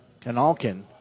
Kanalkin